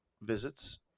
visits